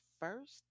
first